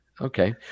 Okay